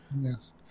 Yes